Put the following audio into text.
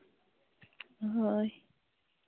ᱦᱳᱭ